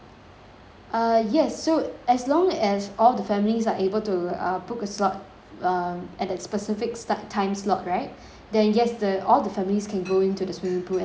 err yes so as long as all the families are able to uh book a slot um at that specific start time slot right then yes the all the families can go into the swimming pool at the same time